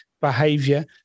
behavior